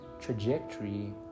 trajectory